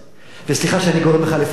וסליחה שאני גורם לך לפהק,